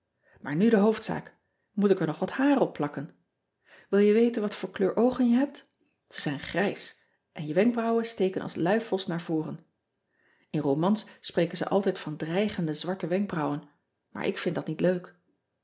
aar nu de hoofdzaak moet ik er nog wat haar opplakken il je weten wat voor kleur oogen je hebt e zijn grijs en je wenkbrouwen steken als luifels naar voren in romans spreken ze altijd van dreigende zwarte wenkbrauwen maar ik vind dat niet leuk